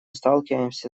сталкиваемся